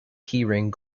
keyring